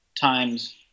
times